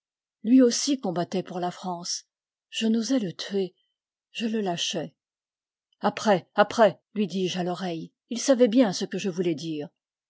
lui aussi combattait pour la france je n'osai le tuer je le lâchai après après lui dis-je à l'oreille il savait bien ce que je voulais dire